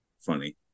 funny